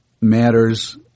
matters